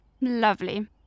Lovely